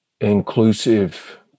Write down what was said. inclusive